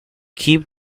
keep